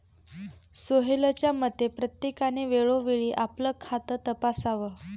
सोहेलच्या मते, प्रत्येकाने वेळोवेळी आपलं खातं तपासावं